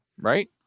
right